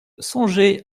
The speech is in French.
songez